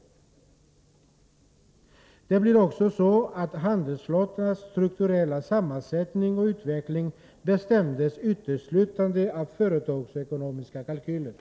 Det har också blivit så att handelsflottans strukturella sammansättning och utveckling bestäms uteslutande av företagsekonomiska kalkyler.